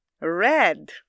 Red